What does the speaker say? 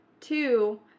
two